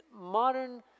modern